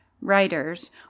Writers